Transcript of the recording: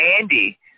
Andy